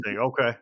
okay